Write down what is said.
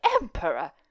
emperor